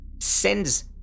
sends